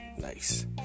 Nice